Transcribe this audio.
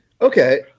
Okay